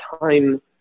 time